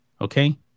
okay